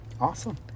awesome